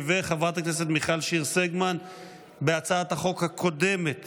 וחברת הכנסת מיכל שיר סגמן בהצעת החוק הקודמת